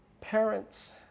Parents